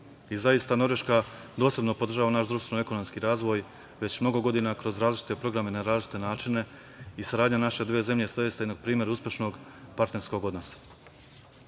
zaista Norveška dosledno podržava naš društveno ekonomski razvoj već mnogo godina kroz različite programe, na različite načine i saradnja naše dve zemlje zaista je jedan primer uspešnog partnerskog odnosa. Kada